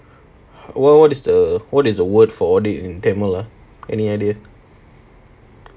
wha~ what is the what is the word for audit in tamil ah any idea